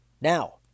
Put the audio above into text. Now